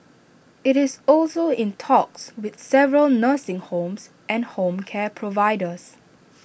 IT is also in talks with several nursing homes and home care providers